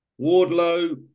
Wardlow